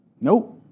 Nope